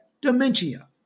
dementia